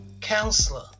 Counselor